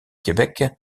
québec